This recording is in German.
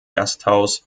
gasthaus